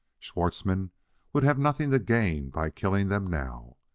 schwartzmann would have nothing to gain by killing them now.